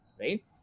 right